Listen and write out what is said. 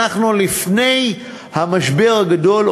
אנחנו לפני המשבר הגדול,